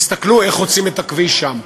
תסתכלו איך חוצים את הכביש שם.